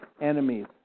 enemies